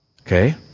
Okay